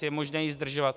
Je možné jej zdržovat.